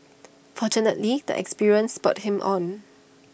fortunately the experience spurred him on